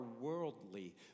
worldly